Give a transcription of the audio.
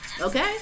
okay